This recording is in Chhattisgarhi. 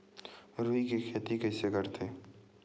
रुई के खेती कइसे करथे?